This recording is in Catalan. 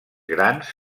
grans